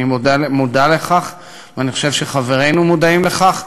אני מודע לכך, ואני חושב שחברינו מודעים לכך.